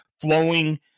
flowing